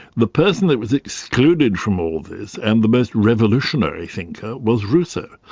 the person that was excluded from all this, and the most revolutionary thinker was rousseau.